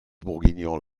bourguignon